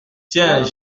tiens